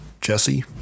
Jesse